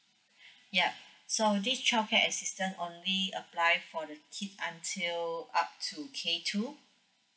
yup so this childcare assistance only applied for the kid until up to K two